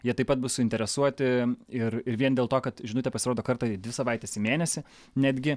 jie taip pat bus suinteresuoti ir ir vien dėl to kad žinutė pasirodo kartą į dvi savaites į mėnesį netgi